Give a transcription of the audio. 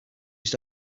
used